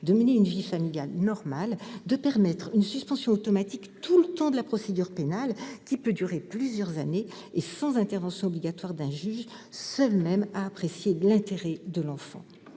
de mener une vie familiale normale, de permettre une suspension automatique tout le temps de la procédure pénale, qui peut durer plusieurs années, et sans intervention obligatoire d'un juge, seul à même d'apprécier l'intérêt de l'enfant.